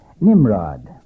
Nimrod